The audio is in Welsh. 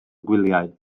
gwyliau